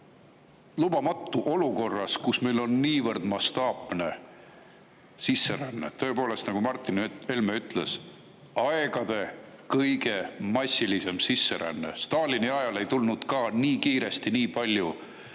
lubamatu, olukorras, kus meil on niivõrd mastaapne sisseränne – tõepoolest, nagu Martin Helme ütles, aegade kõige massilisem sisseränne. Stalini ajal ei tulnud ka nii kiiresti nii palju